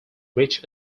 reach